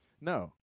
No